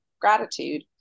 gratitude